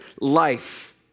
life